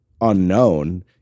unknown